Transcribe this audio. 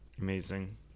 Amazing